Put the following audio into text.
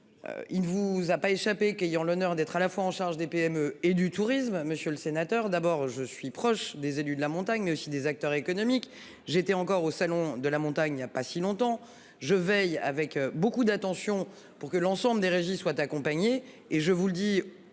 Il vous a pas échappé qu'ayant l'honneur d'être à la fois en charge des PME et du tourisme. Monsieur le sénateur, d'abord je suis proche des élus de la montagne aussi des acteurs économiques. J'étais encore au salon de la montagne il y a pas si longtemps, je veille avec beaucoup d'attention pour que l'ensemble des régies soient accompagnés et je vous le dis